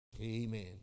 Amen